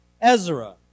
Ezra